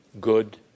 Good